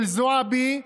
של זועבי,